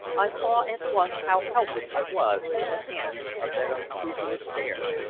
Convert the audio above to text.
i saw at once how helpless i was in the hands of that unscrupulous pair,